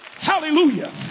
Hallelujah